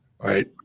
right